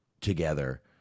together